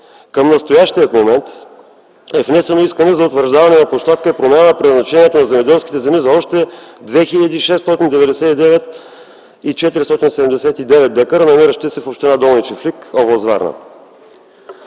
Към настоящия момент е внесено искане за утвърждаване на площадка и промяна на предназначението на земеделски земи за още 2 699 479 декара, намиращи се в община Долни чифлик, област Варна.